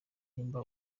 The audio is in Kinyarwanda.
nimba